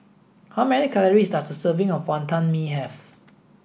how many calories does a serving of Wonton Mee have